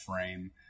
frame